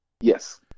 Yes